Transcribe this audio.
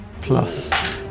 plus